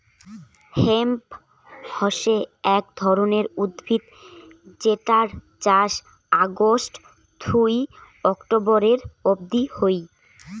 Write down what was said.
hemp হসে এক ধরণের উদ্ভিদ যেটার চাষ অগাস্ট থুই অক্টোবরের অব্দি হই